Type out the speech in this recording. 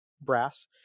brass